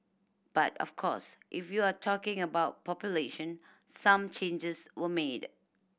but of course if you're talking about population some changes were made